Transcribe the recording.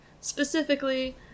Specifically